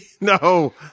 No